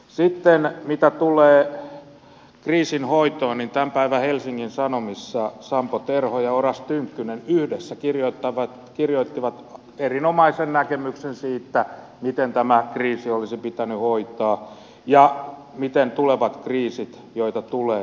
sitten mitä tulee kriisin hoitoon niin tämän päivän helsingin sanomissa sampo terho ja oras tynkkynen yhdessä esittävät erinomaisen näkemyksen siitä miten tämä kriisi olisi pitänyt hoitaa ja miten tulevat kriisit joita tulee pitää hoitaa